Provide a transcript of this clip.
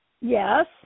Yes